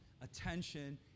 attention